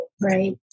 right